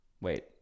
wait